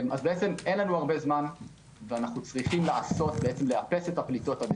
אז אין לנו הרבה זמן ואנו צריכים לאפס את הפליטות עד